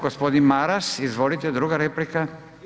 Gospodin Maras, izvolite druga replika.